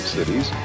Cities